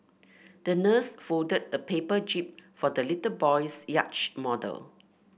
the nurse folded a paper jib for the little boy's yacht model